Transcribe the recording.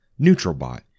NeutralBot